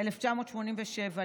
1987,